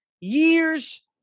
years